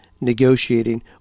negotiating